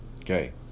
okay